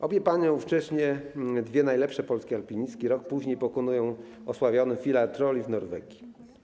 Obie panie, ówcześnie dwie najlepsze polskie alpinistki, rok później pokonują osławiony filar Trolli w Norwegii.